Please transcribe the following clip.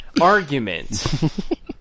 argument